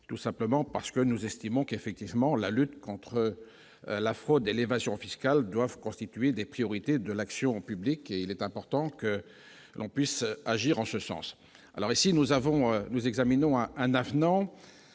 tout simplement parce que nous estimons qu'effectivement la lutte contre la fraude et l'évasion fiscale doivent constituer des priorités de l'action publique et il est important que l'on puisse agir en ce sens, alors ici, nous avons, nous